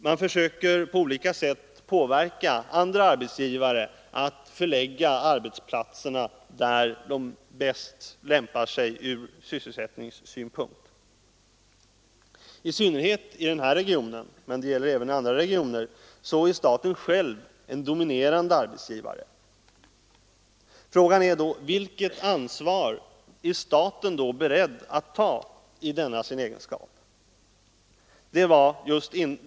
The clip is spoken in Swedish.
Man försöker på olika sätt påverka andra arbetsgivare att förlägga arbetsplatserna dit där de bäst lämpar sig från sysselsättningssynpunkt. I synnerhet i den här regionen — men det gäller även andra regioner — är staten själv en dominerande arbetsgivare. Vilket ansvar är staten då beredd att ta i denna sin egenskap?